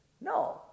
No